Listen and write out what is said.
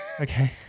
Okay